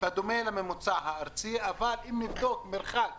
בדומה לממוצע הארצי אבל אם נבדוק את המרחק